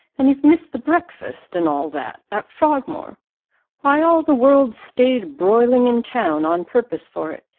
and you've missed the breakfast, and all that, at frogmore why, all the world stayed broiling in town on purpose for it,